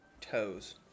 toes